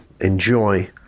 enjoy